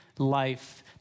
Life